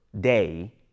day